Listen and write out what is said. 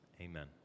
amen